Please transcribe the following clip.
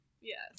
Yes